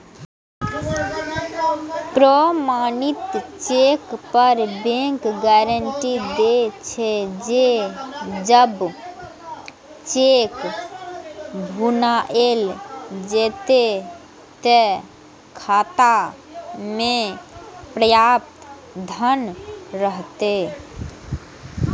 प्रमाणित चेक पर bank guarantee दै छे, जे जब चेक भुनाएल जेतै, ते खाता मे पर्याप्त धन रहतै